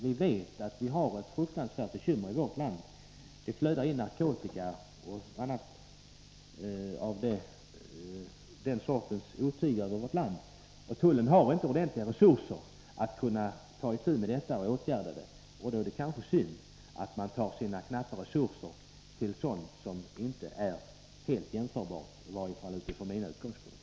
Vi vet att vi har ett fruktansvärt bekymmer med att det flödar in narkotika och annat av den sortens otyg över vårt land. Tullen har inte ordentliga resurser för att ta itu med detta. Då är det kanske synd att tullens knappa resurser används för sådant som, i varje fall från mina utgångspunkter, inte är helt jämförbart med narkotikabekämpning.